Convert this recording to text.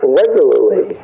regularly